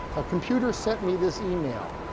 a computer sent me this email.